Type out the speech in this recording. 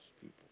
people